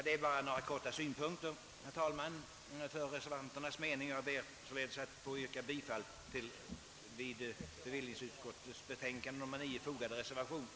Detta är i korthet reser vanternas synpunkter på denna fråga, och med det anförda ber jag att få yrka bifall till den vid bevillningsutskottets betänkande nr 9 fogade reservationen.